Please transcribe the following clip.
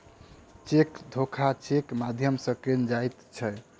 cheque धोखा चेकक माध्यम सॅ कयल जाइत छै